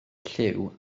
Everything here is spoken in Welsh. lliw